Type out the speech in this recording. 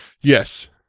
Yes